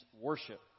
worship